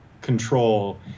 control